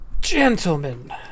Gentlemen